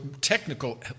technical